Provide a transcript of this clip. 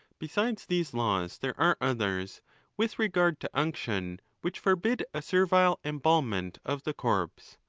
besides these laws, there are others with regard to unction, which forbid a servile embalmment of the corpse,